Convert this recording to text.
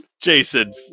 jason